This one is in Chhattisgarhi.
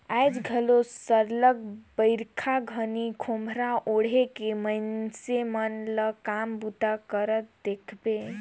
आएज घलो सरलग बरिखा घनी खोम्हरा ओएढ़ के मइनसे मन ल काम बूता करत देखबे